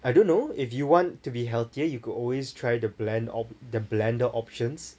I don't know if you want to be healthier you could always try the bland opt~ the blander options